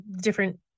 different